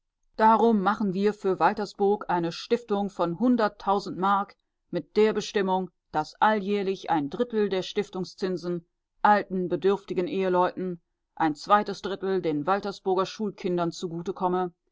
darum machen wir für waltersburg eine stiftung von hunderttausend mark mit der bestimmung daß alljährlich ein drittel der stiftungszinsen alten bedürftigen eheleuten ein zweites drittel den waltersburger schulkindern zugute komme